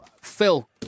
Phil